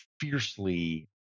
fiercely